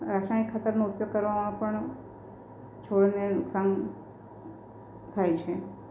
રાસાયણિક ખાતરનો ઉપયોગ કરવામાં પણ છોડને નુકસાન થાય છે